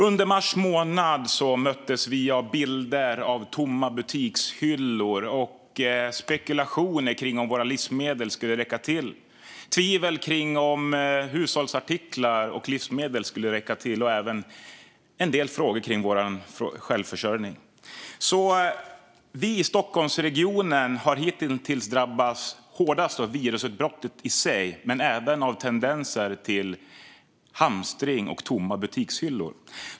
Under mars månad möttes vi av bilder av tomma butikshyllor, spekulationer och tvivel kring om våra livsmedel och hushållsartiklar skulle räcka till och även en del frågor om vår självförsörjning. Vi i Stockholmsregionen har hittills drabbats hårdast av virusutbrottet i sig men även av tendenser till hamstring och tomma butikshyllor.